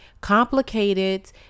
complicated